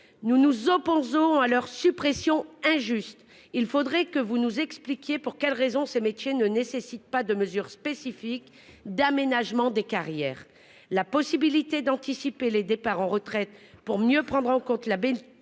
Nous nous opposons à leur suppression injuste. Il faudrait que vous nous expliquiez les raisons pour lesquelles ces métiers ne nécessitent pas de mesures spécifiques d'aménagement des carrières, comme la possibilité d'anticiper les départs à la retraite afin de mieux prendre en compte la pénibilité.